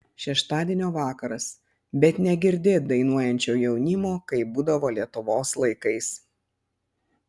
šeštadienio vakaras bet negirdėt dainuojančio jaunimo kaip būdavo lietuvos laikais